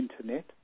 Internet